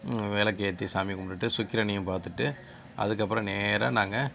விளக்கேத்தி சாமி கும்பிட்டுட்டு சுக்கிரனையும் பார்த்துட்டு அதுக்கப்புறம் நேராக நாங்கள்